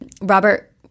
Robert